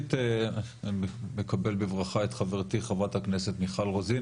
ראשית אני מקבל בברכה את חברת מפלגתי חה"כ מיכל רוזין,